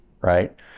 right